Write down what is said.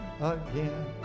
again